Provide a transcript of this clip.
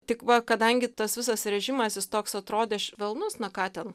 tik va kadangi tas visas režimas jis toks atrodė švelnus na ką ten